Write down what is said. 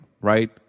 right